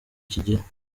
kigira